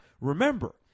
remember